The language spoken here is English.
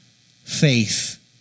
faith